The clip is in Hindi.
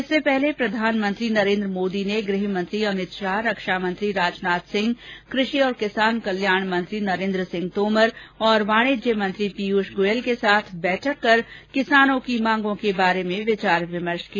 इससे पहले प्रधानमंत्री नरेन्द्र मोदी ने गृहमंत्री अमितशाह रक्षामंत्री राजनाथ सिंह कृषि और किसान कल्याण मंत्री नरेन्द्र सिंह तोमर और वाणिज्य मंत्री पीयुष गोयल के साथ बैठक कर किसानों की मांगों के बारे में विचार विमर्श किया